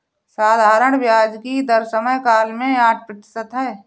साधारण ब्याज की दर समयकाल में आठ प्रतिशत है